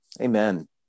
Amen